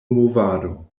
movado